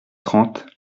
trente